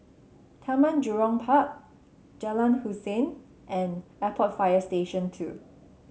Taman Jurong Park Jalan Hussein and Airport Fire Station Two